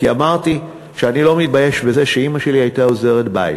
כי אמרתי שאני לא מתבייש בזה שאימא שלי הייתה עוזרת בית.